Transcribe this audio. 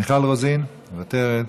מיכל רוזין, מוותרת,